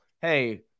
hey